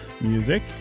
music